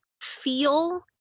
feel